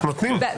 נותנים.